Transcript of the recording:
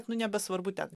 nu nebesvarbu ten